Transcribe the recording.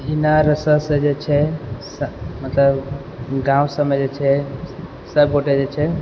इनारसँ जे छै मतलब गाँव सबमे जे छै सबगोटे जे छै